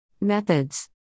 Methods